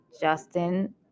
justin